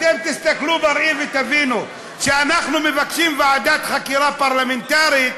תסתכלו בראי ותבינו: כשאנחנו מבקשים ועדת חקירה פרלמנטרית,